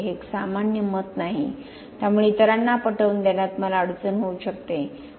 हे एक सामान्य मत नाही त्यामुळे इतरांना पटवून देण्यात मला अडचण येऊ शकते हसणे